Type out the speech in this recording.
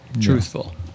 truthful